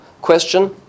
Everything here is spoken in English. Question